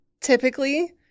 typically